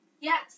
yes